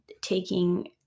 taking